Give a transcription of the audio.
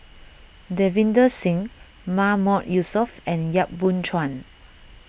Davinder Singh Mahmood Yusof and Yap Boon Chuan